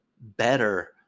better